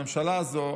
הממשלה הזאת,